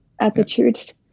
attitudes